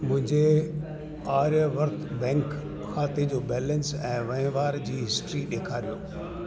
मुंहिंजे आर्यावर्त बैंक खाते जो बैलेंस ऐं वहिंवार जी हिस्ट्री ॾेखारियो